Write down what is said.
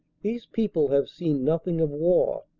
these people have seen nothing of war.